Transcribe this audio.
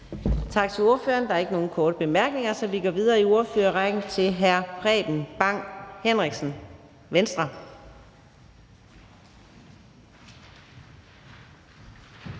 Tak til ordføreren. Der er ikke nogen korte bemærkninger, så vi går videre i ordførerrækken til hr. Steffen Larsen, Liberal